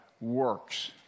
works